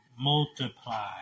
Multiply